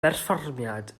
berfformiad